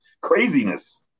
craziness